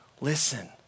listen